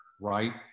right